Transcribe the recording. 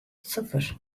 sıfır